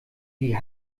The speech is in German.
wie